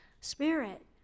Spirit